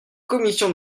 commission